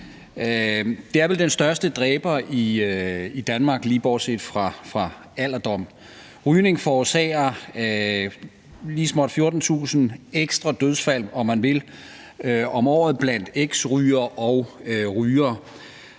Det er vel den største dræber i Danmark lige bortset fra alderdom. Rygning forårsager lige småt 14.000 ekstra dødsfald, om man vil, om året blandt eksrygere og rygere.